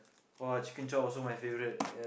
!wah! Chicken-Chop also my favorite